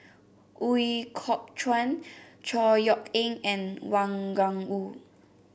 Ooi Kok Chuen Chor Yeok Eng and Wang Gungwu